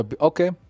Okay